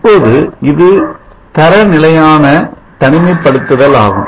இப்போது இது தர நிலையான தனிமைப்படுத்துதல் ஆகும்